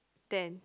ten